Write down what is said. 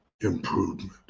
improvement